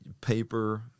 paper